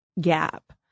gap